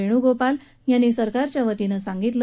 वेणूगोपाल यांनी सरकारच्या वतीनं सांगितलं